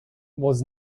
was